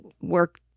work